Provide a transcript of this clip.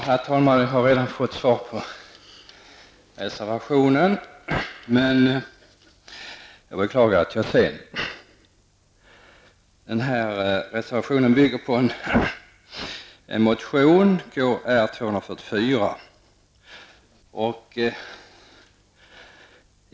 Herr talman! Jag beklagar att jag är sen. Jag noterar att jag redan fått en reaktion på min reservation. Reservationen bygger på motion Kr244.